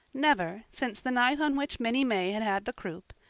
never, since the night on which minnie may had had the croup,